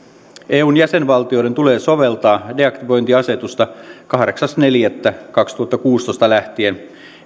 eun jäsenvaltioiden tulee soveltaa deaktivointiasetusta kahdeksas neljättä kaksituhattakuusitoista lähtien